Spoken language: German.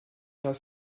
das